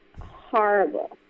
Horrible